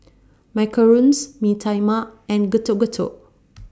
Macarons Mee Tai Mak and Getuk Getuk